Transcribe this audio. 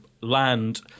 land